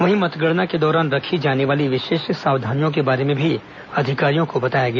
वहीं मतगणना के दौरान रखी जाने वाली विशेष सावधानियों के बारे में भी अधिकारियों को बताया गया